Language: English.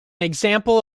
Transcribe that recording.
example